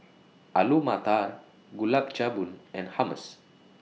Alu Matar Gulab Jamun and Hummus